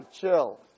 chill